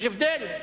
מה,